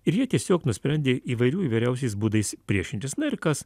ir jie tiesiog nusprendė įvairių įvairiausiais būdais priešintis na ir kas